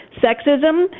sexism